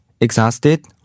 exhausted